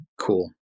cool